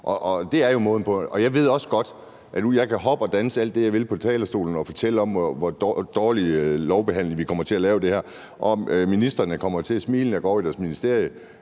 på. Jeg ved også godt, at jeg kan hoppe og danse alt det, jeg vil, på talerstolen og fortælle om, hvor dårlig lovbehandling vi kommer til at lave her, og om, at ministrene vil komme til at smile, når de går over i deres ministerium.